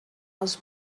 els